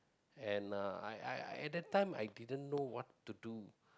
and (uh)I I I at that time I didn't know what to do